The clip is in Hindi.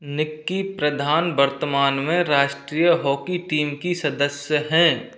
निक्की प्रधान वर्तमान में राष्ट्रीय हॉकी टीम की सदस्य हैं